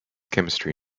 chemistry